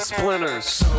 Splinters